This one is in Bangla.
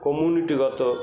কমিউনিটিগত